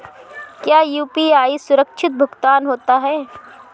क्या यू.पी.आई सुरक्षित भुगतान होता है?